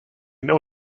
know